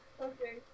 Okay